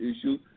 issue